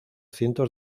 cientos